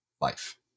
life